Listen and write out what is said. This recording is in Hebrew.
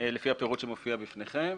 לפי הפירוט שמופיע בפניכם.